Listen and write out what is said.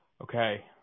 Okay